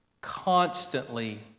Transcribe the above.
constantly